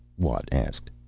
watt asked.